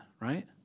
right